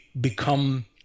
become